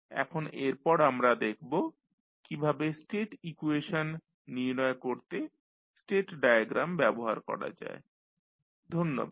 এখন এরপর আমরা দেখব কীভাবে স্টেট ইকুয়েশন নির্ণয় করতে স্টেট ডায়াগ্রাম ব্যবহার করা যায় ধন্যবাদ